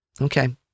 Okay